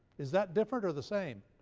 is that different or the same?